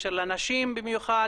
בקשר לנשים במיוחד.